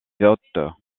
votes